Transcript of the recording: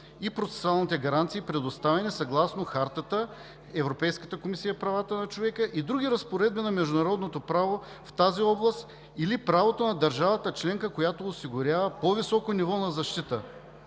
и професионалните гаранции, предоставени съгласно Европейската харта по правата на човека и други разпоредби на международното право в тази област или правото на държавата членка, която осигурява по-високо ниво на защита“.